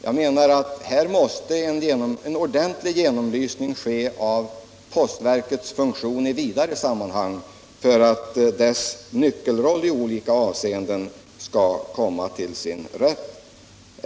Jag menar att här måste en ordentlig genomlysning ske av postverkets funktion i vidare sammanhang, för att dess nyckelroll i olika avseenden skall komma till sin rätt.